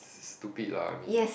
stupid lah I mean